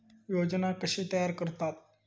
योजना कशे तयार करतात?